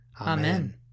Amen